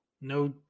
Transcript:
no